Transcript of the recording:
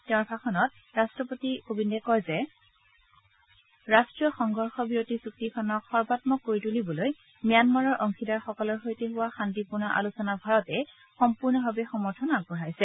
তেওঁৰ ভাষণত ৰাট্টপতি কোবিন্দে কয় যে ৰাট্টীয় সংঘৰ্ষবিৰতি চুক্তিখনক সৰ্বাম্মক কৰি তুলিবলৈ ম্যানমাৰৰ অংশীদাৰসকলৰ সৈতে হোৱা শাস্তিপূৰ্ণ আলোচনাক ভাৰতে সম্পূৰ্ণৰূপে সমৰ্থন আগবঢ়াইছে